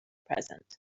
present